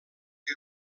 que